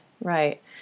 right